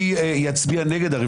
זה גם מה שקורה פה.